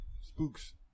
Spooks